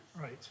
Right